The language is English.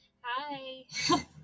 Hi